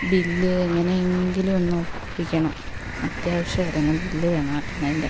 bill എങ്ങനെ എങ്കിലും ഒന്ന് ഒപ്പിക്കണം അത്യാവശ്യം ആയിരുന്നു ബില്ല് വേണമായിരുന്നു അതിൻ്റെ